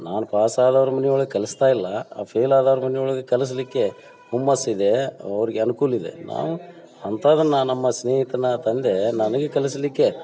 ನಾನು ಪಾಸ್ ಆದವ್ರ ಮನೆ ಒಳಗೆ ಕಲಿಸ್ತಾ ಇಲ್ಲ ಆ ಫೇಲ್ ಆದವ್ರ ಮನೆ ಒಳಗೆ ಕಲಿಸಲಿಕ್ಕೆ ಹುಮ್ಮಸ್ಸಿದೆ ಅವ್ರಿಗೆ ಅನ್ಕೂಲ ಇದೆ ಅಂಥದ್ದನ್ನು ನಾ ನಮ್ಮ ಸ್ನೇಹಿತನ ತಂದೆ ನನಗೆ ಕಲಿಸಲಿಕ್ಕೆ